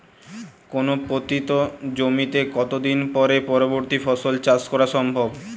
কোনো পতিত জমিতে কত দিন পরে পরবর্তী ফসল চাষ করা সম্ভব?